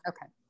Okay